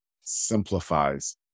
simplifies